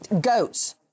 goats